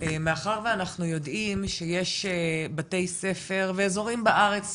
מאחר ואנחנו יודעים שיש בתי ספר באזורים בארץ,